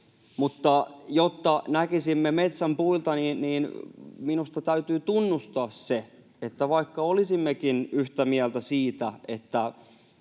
Jotta näkisimme metsän puilta, niin minusta täytyy tunnustaa se, että vaikka olisimmekin yhtä mieltä siitä, että